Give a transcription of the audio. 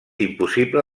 impossible